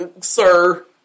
Sir